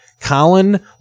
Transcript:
Colin